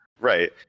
right